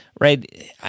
Right